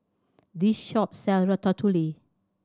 this shop sell Ratatouille